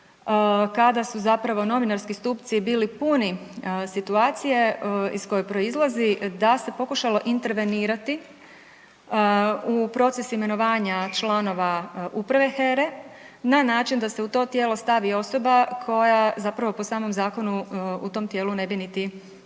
kada su zapravo novinarski stupci bili puni situacije iz koje proizlazi da se pokušalo intervenirati u proces imenovanja članova uprave HERA-e na način da se u to tijelo stavi osoba koja zapravo po samom zakonu u tom tijelu ne bi niti smjela